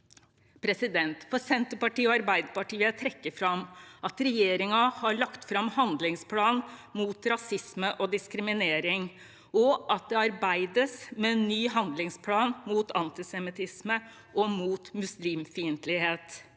forslag. For Senterpartiet og Arbeiderpartiet vil jeg trekke fram at regjeringen har lagt fram en handlingsplan mot rasisme og diskriminering, og at det arbeides med en ny handlingsplan mot antisemittisme og muslimfiendtlighet.